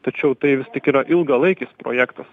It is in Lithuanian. tačiau tai vis tik yra ilgalaikis projektas